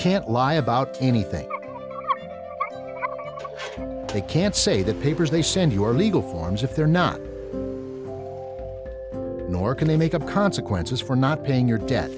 can't lie about anything they can't say the papers they send your legal forms if they're not nor can they make up consequences for not paying your debt